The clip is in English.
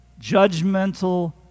judgmental